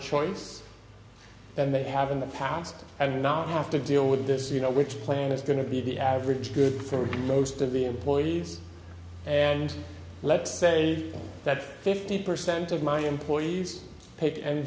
choice than they have in the past and not have to deal with this you know which plan is going to be the average good for most of the employees and let's say that fifty percent of my employees paid and